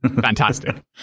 fantastic